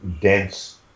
dense